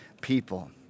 people